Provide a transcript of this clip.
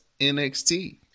NXT